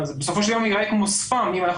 בסופו של יום זה ייראה כמו ספאם אם אנחנו